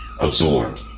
absorbed